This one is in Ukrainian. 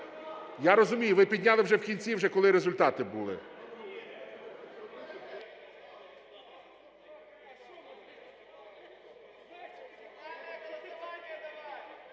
Я розумію, ви підняли вже в кінці, вже коли результати були.